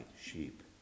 sheep